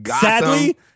Sadly